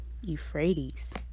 Euphrates